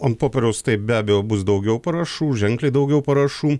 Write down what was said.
ant popieriaus taip be abejo bus daugiau parašų ženkliai daugiau parašų